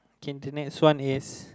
okay the next one is